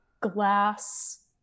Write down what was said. glass